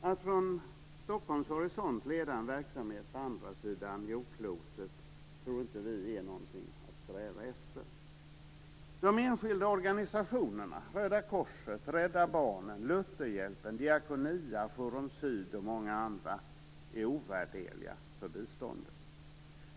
Att från Stockholms horisont leda en verksamhet på andra sidan jordklotet är inte något att sträva efter. Barnen, Lutherhjälpen, Diakonia, Forum syd och många andra, är ovärderliga för biståndet.